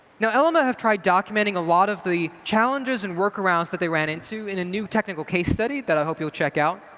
now eleme have tried documenting a lot of the challenges and workarounds that they ran into in a new technical case study, that i hope you'll check out.